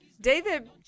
David